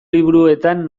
liburuetan